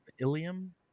Ilium